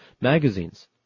magazines